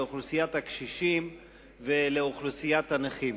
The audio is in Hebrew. לאוכלוסיית הקשישים ולאוכלוסיית הנכים.